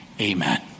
Amen